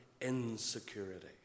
Insecurity